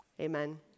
amen